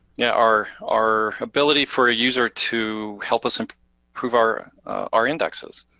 yeah our our ability for a user to help us um improve our our indexes.